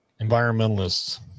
environmentalists